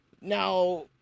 Now